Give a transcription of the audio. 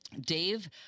dave